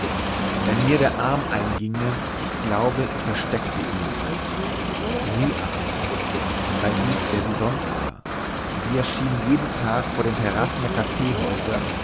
wenn mir der arm einginge ich glaube ich versteckte ihn sie aber ich weiß nicht wer sie sonst war sie erschien jeden tag vor den terrassen der